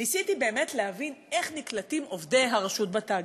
ניסיתי באמת להבין איך נקלטים עובדי הרשות בתאגיד.